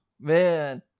Man